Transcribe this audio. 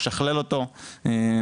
לשכלל אותו וכו'.